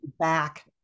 Back